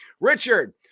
Richard